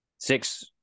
Six